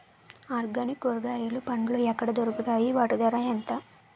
Organic కూరగాయలు పండ్లు ఎక్కడ దొరుకుతాయి? వాటి ధర ఎంత?